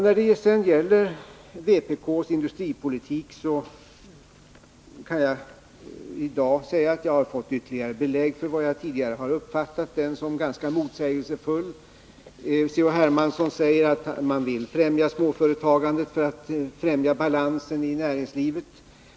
När det sedan gäller vpk:s industripolitik kan jag i dag säga att jag fått ytterligare belägg för min uppfattning att den är ganska motsägelsefull. C.-H. Hermansson säger att man vill främja småföretagandet för att förbättra balansen i näringslivet.